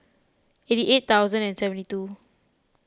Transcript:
eighty eight thousand and seventy two